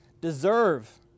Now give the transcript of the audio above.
deserve